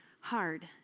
hard